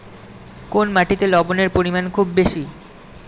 কোন মাটিতে লবণের পরিমাণ খুব বেশি?